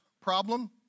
problem